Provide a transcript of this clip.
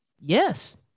Yes